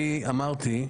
אני אמרתי,